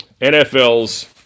NFL's